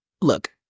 look